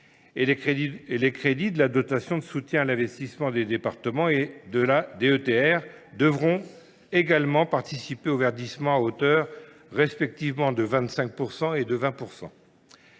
Les crédits de la dotation de soutien à l’investissement des départements et de la DETR devront également participer au verdissement, respectivement à hauteur de 25